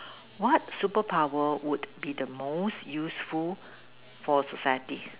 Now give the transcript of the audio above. what super power would be the most useful for society